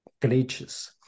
glitches